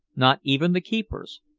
not even the keepers,